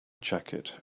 jacket